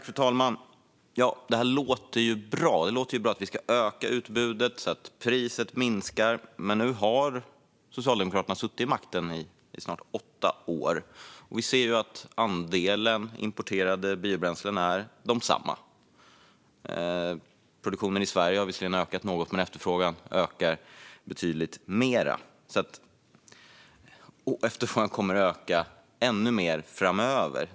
Fru talman! Det låter ju bra att vi ska öka utbudet så att priset minskar. Men nu har Socialdemokraterna suttit vid makten i snart åtta år, och vi ser att andelen importerade biobränslen är densamma. Produktionen i Sverige har visserligen ökat något, men efterfrågan ökar betydligt mer. Efterfrågan kommer också att öka ännu mer framöver.